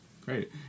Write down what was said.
great